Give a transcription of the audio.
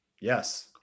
Yes